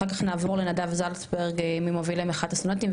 אחר כך נעבור לנדב זלצברג ממובילי מחאת הסטודנטים,